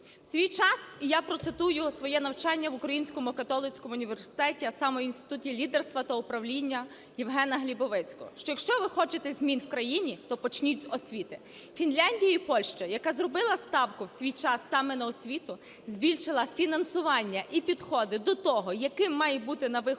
В свій час, і я процитую своє навчання в Українському католицькому університеті, а саме Інституті лідерства та управління Євгена Глібовицького, що якщо ви хочете змін в країні, то почніть з освіти. Фінляндія і Польща, яка зробила ставку в свій час саме на освіту, збільшила фінансування і підходи до того, яким має бути на виході